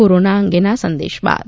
corona અંગેના આ સંદેશ બાદ